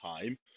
time